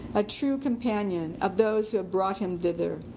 a true companion of those who had brought him thither.